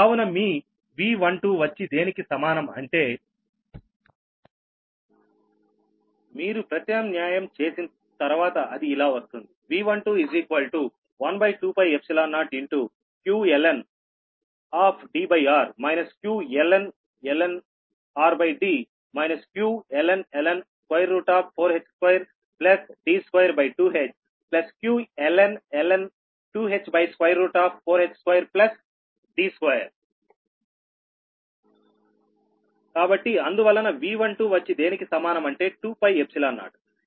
కావున మీ V12 వచ్చి దేనికి సమానం అంటే మీరు ప్రతిక్షేపించిన తరువాత అది ఇలా వస్తుంది V1212π0qlndr qln rd qln 4h2D22h qln 2h4h2D2 కాబట్టి అందువలన V12 వచ్చి దేనికి సమానం అంటే 2π0